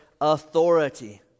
authority